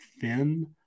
thin